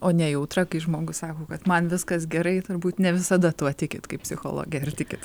o nejautra kai žmogus sako kad man viskas gerai turbūt ne visada tuo tikit kaip psichologė ar tikit